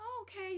okay